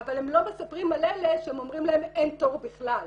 אבל הם לא מספרים על אלה שהם אומרים להן אין תור בכלל.